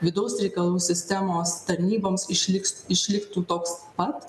vidaus reikalų sistemos tarnyboms išliks išliktų toks pat